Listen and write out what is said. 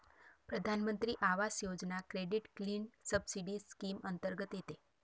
प्रधानमंत्री आवास योजना क्रेडिट लिंक्ड सबसिडी स्कीम अंतर्गत येते